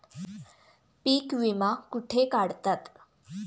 पीक विमा कुठे काढतात?